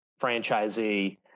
franchisee